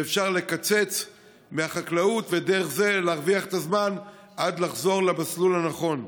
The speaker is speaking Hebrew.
שאפשר לקצץ מהחקלאות ודרך זה להרוויח את הזמן עד חזרה למסלול הנכון.